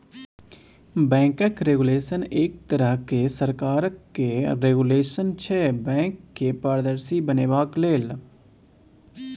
बैंकक रेगुलेशन एक तरहक सरकारक रेगुलेशन छै बैंक केँ पारदर्शी बनेबाक लेल